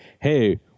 hey